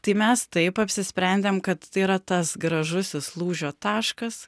tai mes taip apsisprendėm kad tai yra tas gražusis lūžio taškas